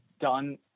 done